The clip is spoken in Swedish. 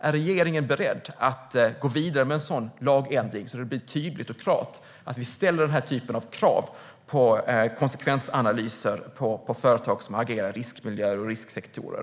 Är regeringen beredd att gå vidare med en sådan lagändring, så att det blir tydligt och klart att vi ställer den här typen av krav på konsekvensanalyser för företag som agerar i riskmiljöer och risksektorer?